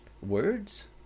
words